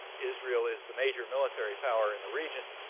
israel is the major military power in the region.